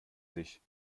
sich